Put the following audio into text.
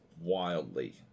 wildly